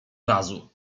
razu